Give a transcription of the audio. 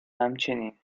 همچنین